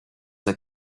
like